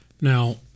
Now